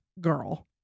girl